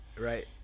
right